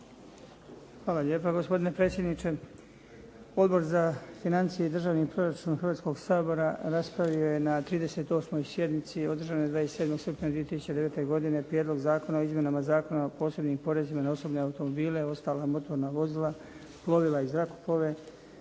Hvala lijepa, gospodine predsjedniče. Odbor za financije i državni proračun Hrvatskoga sabora raspravio je na 38. sjednici održanoj 27. srpnja 2009. godine Prijedlog zakona o izmjenama Zakona o posebnim porezima na osobne automobile, ostala motorna vozila, plovila i zrakoplove,